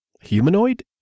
humanoid